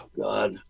God